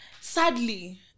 sadly